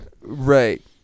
Right